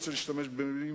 לרבות האופוזיציה,